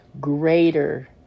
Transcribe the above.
greater